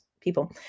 people